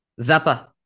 Zappa